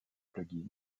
plugins